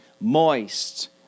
moist